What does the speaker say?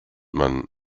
man